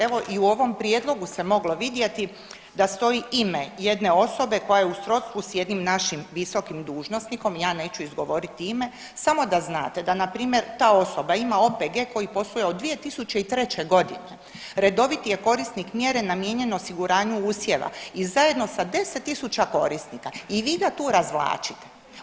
Evo i u ovom prijedlogu se moglo vidjeti da stoji ime jedne osobe koja je u srodstvu s jednim našim visokim dužnosnikom, ja neću izgovoriti ime, samo da znate da npr. ta osoba ima OPG koji posluje od 2003.g., redoviti je korisnik mjere namijenjen osiguranju usjeva i zajedno sa 10.000 korisnika i vi ga tu razvlačite.